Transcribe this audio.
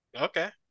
Okay